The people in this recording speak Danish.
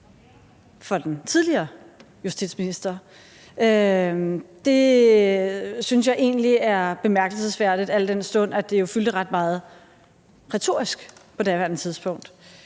for den tidligere justitsminister. Det synes jeg egentlig er bemærkelsesværdigt, al den stund at det jo fyldte ret meget retorisk på daværende tidspunkt.